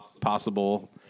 possible